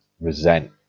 resent